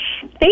Thank